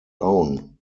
own